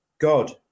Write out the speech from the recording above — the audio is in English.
God